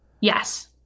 Yes